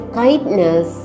kindness